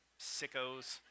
sickos